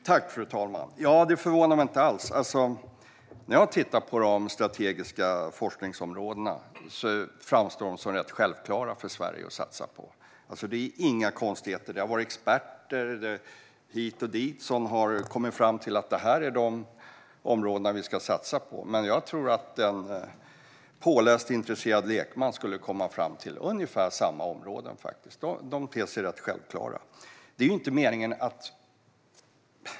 Fru talman! Ja, det förvånar mig inte alls. När jag tittar på de strategiska forskningsområdena framstår de som rätt självklara för Sverige att satsa på. Det är inga konstigheter. Olika experter har kommit fram till att detta är de områden vi ska satsa på. Men jag tror att en påläst, intresserad lekman skulle komma fram till ungefär samma områden - de ter sig rätt självklara.